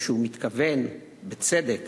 והוא מתכוון, בצדק,